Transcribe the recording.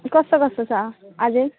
कस्तो कस्तो छ अझै